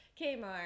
Kmart